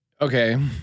Okay